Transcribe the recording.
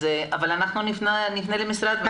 אנחנו נפנה למשרד.